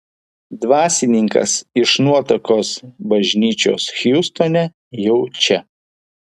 dvasininkas iš nuotakos bažnyčios hjustone jau čia